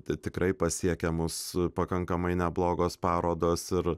tai tikrai pasiekia mus pakankamai neblogos parodos ir